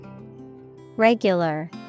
Regular